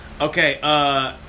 Okay